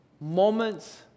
moments